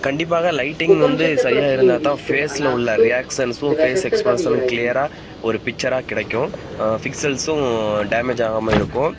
கண்டிப்பாக லைட்டிங் வந்து சரியாக இருந்தால் தான் ஃபேஸில் உள்ள ரியாக்சன்ஸும் ஃபேஸ் எக்ஸ்ப்ரசன்னும் க்ளியராக ஒரு பிச்சராக கிடைக்கும் ஃபிக்சல்ஸும் டேமேஜ் ஆகாமல் இருக்கும்